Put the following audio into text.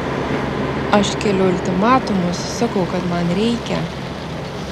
aš keliu ultimatumus sakau kad man reikia